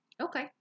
Okay